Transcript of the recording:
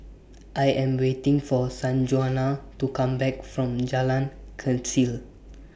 I Am waiting For Sanjuana to Come Back from Jalan Kechil